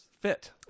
fit